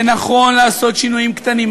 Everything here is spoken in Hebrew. זה נכון לעשות שינויים קטנים,